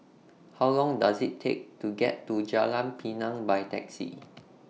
How Long Does IT Take to get to Jalan Pinang By Taxi